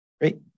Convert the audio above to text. Great